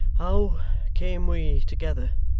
how came we together